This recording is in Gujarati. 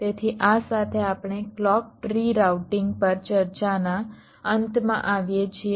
તેથી આ સાથે આપણે ક્લૉક ટ્રી રાઉટિંગ પર ચર્ચાના અંતમાં આવીએ છીએ